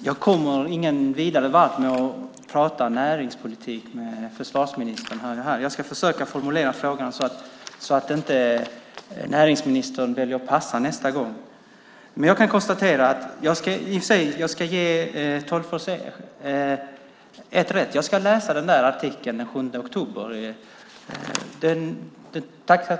Herr talman! Jag kommer ingen vart med att prata näringspolitik med försvarsministern här. Jag ska försöka formulera frågan så att näringsministern inte väljer att passa nästa gång. Jag ska i och för sig ge Tolgfors ett rätt. Jag ska läsa den där artikeln från den 7 oktober. Den tackar